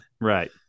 Right